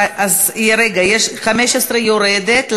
15, יורדת.